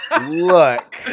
look